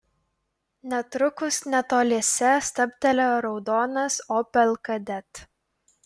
netrukus netoliese stabtelėjo raudonas opel kadett